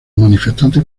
manifestantes